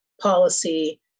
policy